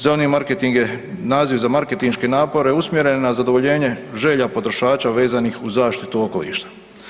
Zeleni marketing je naziv za marketinške napore usmjerene na zadovoljenje želja potrošača vezanih uz zaštitu okoliša.